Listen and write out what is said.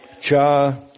cha